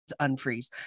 unfreeze